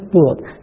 book